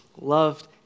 Loved